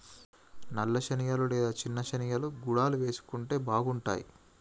నల్ల శనగలు లేదా చిన్న శెనిగలు గుడాలు వేసుకుంటే బాగుంటాయ్